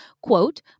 quote